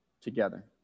together